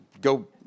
go